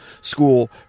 school